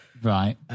Right